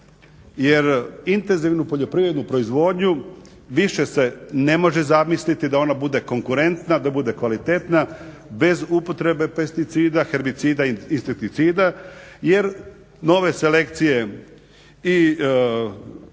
Jer intenzivnu poljoprivrednu proizvodnju više se ne može zamisliti da ona bude konkurentna, da bude kvalitetna bez upotrebe pesticida, herbicida i insekticida jer nove selekcije i biljnih vrsta su